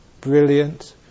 brilliant